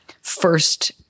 first